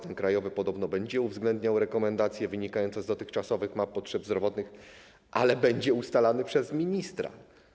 Ten krajowy podobno będzie uwzględniał rekomendacje wynikające z dotychczasowych map potrzeb zdrowotnych, ale będzie ustalany przez ministra.